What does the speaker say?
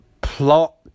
plot